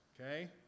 okay